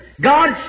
God